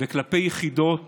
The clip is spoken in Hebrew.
וכלפי יחידות